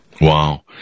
Wow